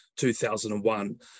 2001